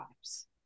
lives